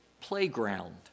playground